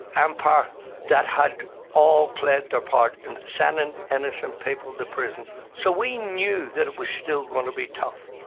empire that had all played their part in sending innocent people to prison. so we knew that it was still going to be tough.